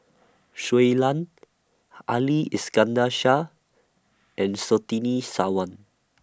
Shui Lan Ali Iskandar Shah and Surtini Sarwan